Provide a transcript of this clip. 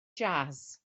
jazz